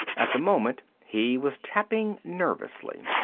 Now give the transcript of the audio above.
at the moment he was tapping nervously.